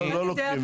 לא לוקחים.